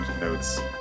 notes